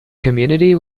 community